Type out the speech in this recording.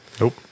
Nope